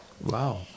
Wow